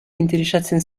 interesatzen